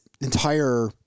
entire